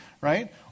Right